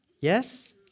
Yes